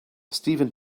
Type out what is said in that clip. steven